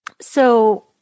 so-